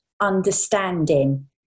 understanding